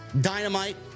Dynamite